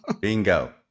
Bingo